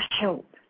help